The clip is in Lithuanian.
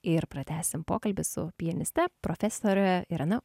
ir pratęsim pokalbį su pianiste profesore irena